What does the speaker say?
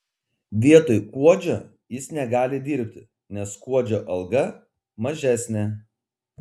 vietoj kuodžio jis negali dirbti nes kuodžio alga mažesnė